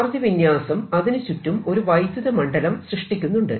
charge വിന്യാസം അതിനു ചുറ്റും ഒരു വൈദ്യുത മണ്ഡലം സൃഷ്ടിക്കുന്നുണ്ട്